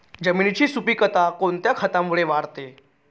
जमिनीची सुपिकता कोणत्या खतामुळे वाढते?